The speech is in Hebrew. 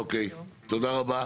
אוקיי תודה רבה.